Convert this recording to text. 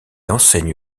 enseigne